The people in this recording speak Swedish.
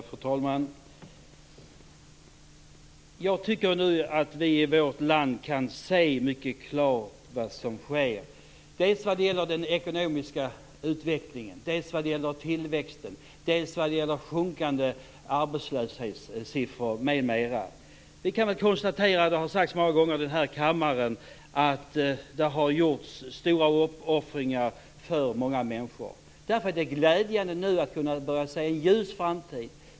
Fru talman! Jag tycker nu att vi i vårt land kan se mycket klart vad som sker med den ekonomiska utvecklingen, tillväxten, sjunkande arbetslöshetssiffror m.m. Vi kan konstatera - det har sagts många gånger i denna kammare - att det har gjorts stora uppoffringar för många människor. Därför är det glädjande att vi nu börjar se en ljus framtid.